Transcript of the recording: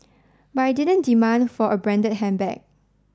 but I didn't demand for a branded handbag